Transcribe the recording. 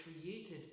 created